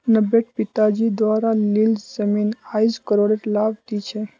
नब्बेट पिताजी द्वारा लील जमीन आईज करोडेर लाभ दी छ